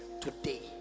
today